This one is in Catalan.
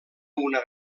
una